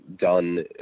done